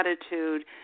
attitude